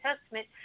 Testament